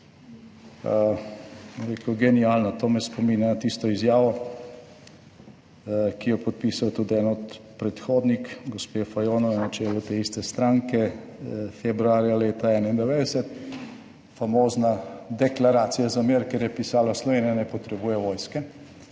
genialno, to me spominja na tisto izjavo, ki jo je podpisal tudi en od predhodnik gospe Fajonove na čelu te iste stranke, februarja leta 1991, famozna Deklaracija za mir, kjer je pisalo, da Slovenija ne potrebuje vojske.